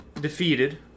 defeated